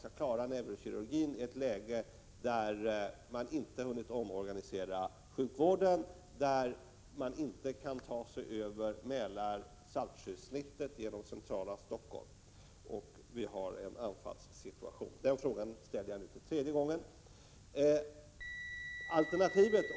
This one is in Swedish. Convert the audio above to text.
Hur klarar man neurokirurgin i en anfallssituation då man inte har hunnit omorganisera sjukvården och då man inte kan ta sig över Mälar—Saltsjö-snittet genom centrala Stockholm? Den frågan ställer jag nu för tredje gången.